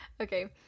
okay